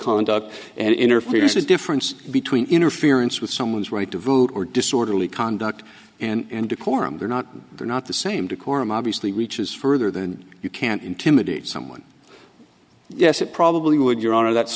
conduct and interference is difference between interference with someone's right to vote or disorderly conduct and decorum they're not they're not the same decorum obviously reaches further than you can intimidate someone yes it probably would your honor that's